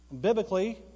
Biblically